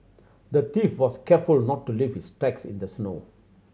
the thief was careful to not leave his tracks in the snow